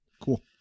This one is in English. Cool